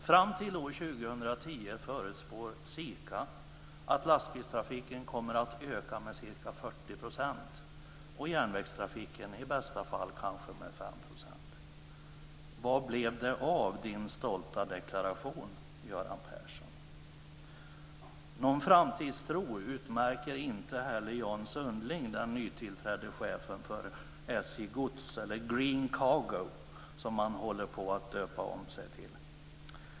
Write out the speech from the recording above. Fram till år 2010 förutspår SIKA att lastbilstrafiken kommer att öka med ca 40 % och järnvägstrafiken tros öka med i bästa fall ca 5 %. Vad blev det av din stolta deklaration, Göran Persson? Någon framtidstro utmärker inte heller Jan Sundling, den nytillträdde chefen för SJ Gods, eller Green Cargo som man håller på att döpa om sig till.